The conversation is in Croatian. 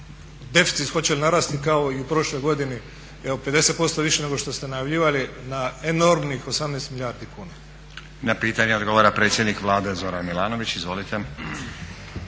deficit, hoće li narasti kao i u prošloj godini evo 50% više nego što ste najavljivali na enormnih 18 milijardi kuna? **Stazić, Nenad (SDP)** Na pitanje odgovara predsjednik Vlade Zoran Milanović. Izvolite.